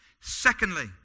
Secondly